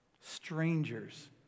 Strangers